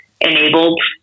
enabled